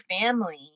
family